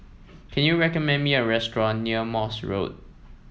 can you recommend me a restaurant near Morse Road